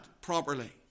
properly